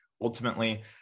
ultimately